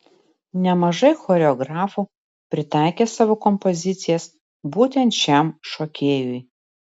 nemažai choreografų pritaikė savo kompozicijas būtent šiam šokėjui